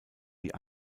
die